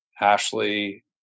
Ashley